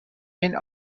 این